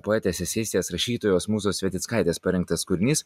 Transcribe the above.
poetės eseistės rašytojos mūzos svetickaitės parengtas kūrinys